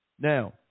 now